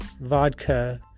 vodka